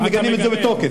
אנחנו מגנים את זה בתוקף.